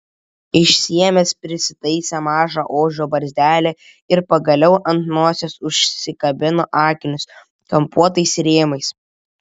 išsiėmęs prisitaisė mažą ožio barzdelę ir pagaliau ant nosies užsikabino akinius kampuotais rėmais